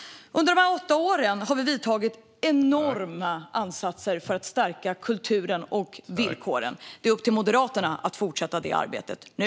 Under de här åtta åren har vi vidtagit enorma åtgärder för att stärka kulturen och dess villkor. Det är upp till Moderaterna att fortsätta det arbetet nu.